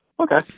Okay